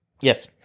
Yes